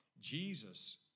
Jesus